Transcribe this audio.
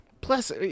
plus